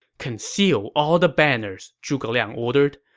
conceal all the banners, zhuge liang ordered.